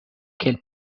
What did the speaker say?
qu’elle